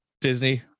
Disney